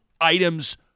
items